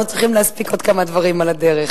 אנחנו צריכים להספיק עוד כמה דברים על הדרך.